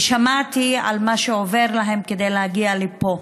ושמעתי על מה שעובר עליהם כדי להגיע לפה.